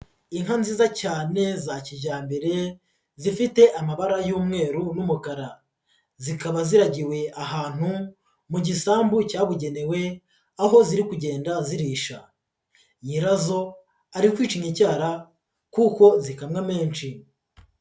Inka nziza cyane za kijyambere, zifite amabara y'umweru n'umukara. Zikaba ziragiwe ahantu mu gisambu cyabugenewe, aho ziri kugenda zirisha. Nyirazo ari kwicinya icyara kuko zikamwa menshi.